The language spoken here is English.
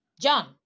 John